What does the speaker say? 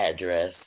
address